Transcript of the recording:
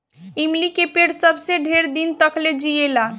इमली के पेड़ सबसे ढेर दिन तकले जिएला